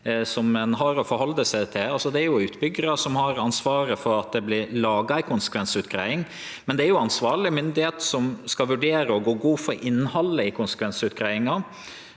Det er utbyggjar som har ansvaret for at det vert laga ei konsekvensutgreiing, men det er ansvarleg myndigheit som skal vurdere og gå god for innhaldet i konsekvensutgreiinga.